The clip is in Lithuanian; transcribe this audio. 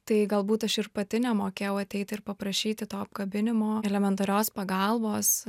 tai galbūt aš ir pati nemokėjau ateiti ir paprašyti to apkabinimo elementarios pagalbos